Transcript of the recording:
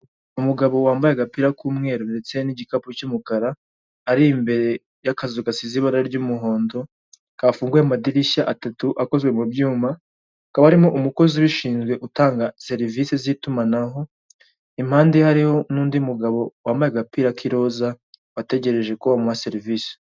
Umugabo wambaye agapira k'umweru ndetse n'gikapu cy'umukara, ari imbere y'akazu gasize ibara ry'umuhondo kafunguye amadirishya atatu akozwe mu byuma, hakaba harimo umukozi ubishinzwe utanga serivisi z'itumanaho, impande ye harimo n'undi mugabo wambaye agapira k'iroza wategereje ko bamuha serivisi.